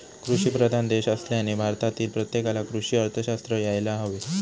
कृषीप्रधान देश असल्याने भारतातील प्रत्येकाला कृषी अर्थशास्त्र यायला हवे